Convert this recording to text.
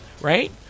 right